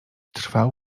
trwał